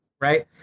right